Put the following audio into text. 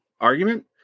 argument